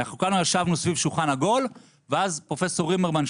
אנחנו כולנו ישבנו סביב שולחן עגול ואז פרופ' רימרמן,